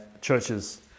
churches